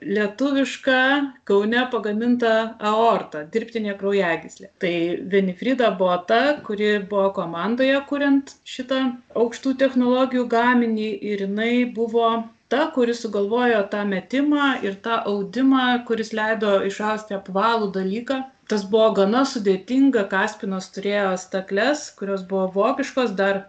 lietuviška kaune pagaminta aorta dirbtinė kraujagyslė tai venifrida buvo ta kuri buvo komandoje kuriant šitą aukštų technologių gaminį ir jinai buvo ta kuri sugalvojo tą metimą ir tą audimą kuris leido išausti apvalų dalyką tas buvo gana sudėtinga kaspinas turėjo stakles kurios buvo vokiškos dar